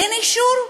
אין אישור?